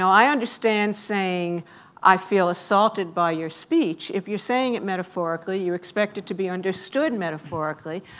i understand saying i feel assaulted by your speech. if you're saying it metaphorically, you expect it to be understood and metaphorically,